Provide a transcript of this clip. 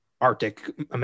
Arctic